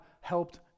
helped